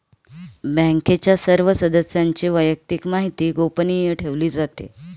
बँकेच्या सर्व सदस्यांची वैयक्तिक माहिती गोपनीय ठेवली जाते